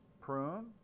Prune